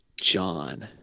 John